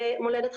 במולדת,